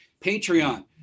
Patreon